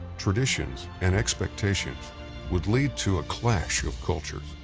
traditions, and expectations would lead to a clash of cultures.